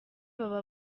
baba